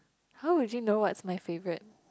how would you know what's my favourite